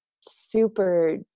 super